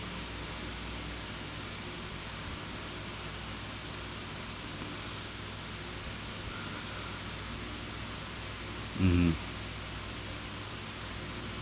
mmhmm